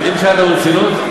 אם שאלת ברצינות,